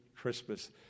Christmas